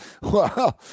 Wow